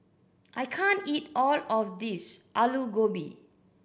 I can't eat all of this Alu Gobi